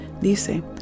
Dice